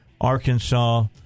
Arkansas